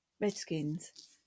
Redskins